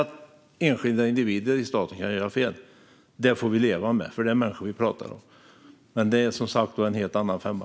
Att enskilda individer i staten kan göra fel får vi leva med, för det är människor vi pratar om. Men det är som sagt en helt annan femma.